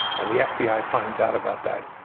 and the fbi finds out about that.